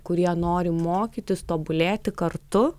kurie nori mokytis tobulėti kartu